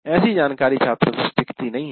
ऐसी जानकारी छात्रों के पास टिकती नहीं है